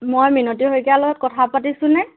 মই মিনতী শইকীয়াৰ লগত কথা পাতিছোঁনে